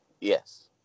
Yes